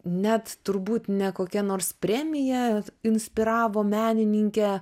net turbūt ne kokia nors premija inspiravo menininkę